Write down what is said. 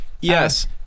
Yes